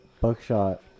buckshot